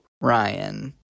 Ryan